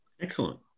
excellent